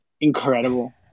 incredible